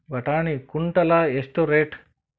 ಬಟಾಣಿ ಕುಂಟಲ ಎಷ್ಟು ರೇಟ್?